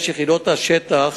משנת 2005 יחידות השטח